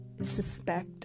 suspect